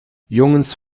jongens